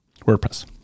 WordPress